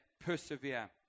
persevere